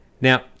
Now